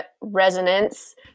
resonance